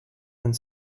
and